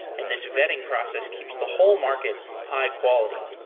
and this vetting process keeps the whole market high-quality.